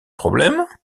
problème